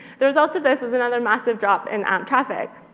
the result of this was another massive drop in amp traffic.